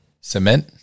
cement